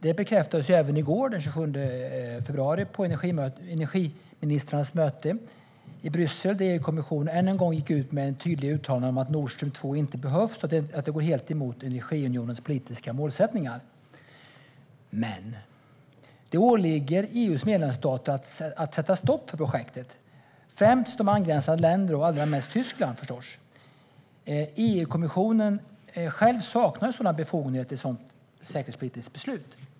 Det bekräftades även i går, den 27 februari, på energiministrarnas möte i Bryssel, då EU-kommissionen än en gång gick ut med ett tydligt uttalande om att Nord Stream 2 inte behövs och att det går helt emot Energiunionens politiska målsättningar. Det åligger dock EU:s medlemsstater att sätta stopp för projektet. Det gäller främst de angränsande länderna och förstås främst Tyskland. EU-kommissionen saknar själv befogenheter att fatta ett säkerhetspolitiskt beslut.